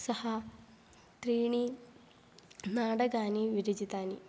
सः त्रीणि नाटकानि विरचितानि